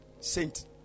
saint